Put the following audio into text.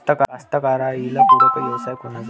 कास्तकाराइले पूरक व्यवसाय कोनचा?